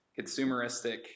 consumeristic